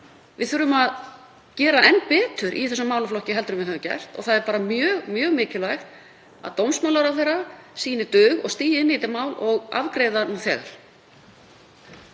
Við þurfum að gera enn betur í þessum málaflokki en við höfum gert og það er mjög mikilvægt að dómsmálaráðherra sýni dug og stígi inn í þetta mál og afgreiði það nú þegar.